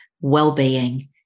well-being